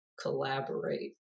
collaborate